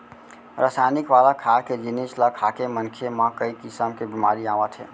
रसइनिक वाला खाए के जिनिस ल खाके मनखे म कइ किसम के बेमारी आवत हे